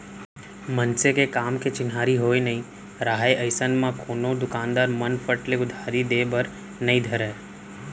मनसे के काम के चिन्हारी होय नइ राहय अइसन म कोनो दुकानदार मन फट ले उधारी देय बर नइ धरय